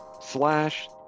slash